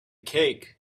cake